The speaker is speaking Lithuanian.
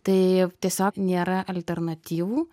tai tiesiog nėra alternatyvų